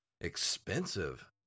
expensive